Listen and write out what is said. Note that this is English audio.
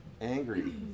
angry